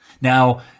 Now